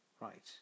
Right